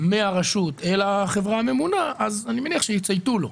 מהרשות המקומית אל החברה הממונה אז אני מניח שיצייתו לו.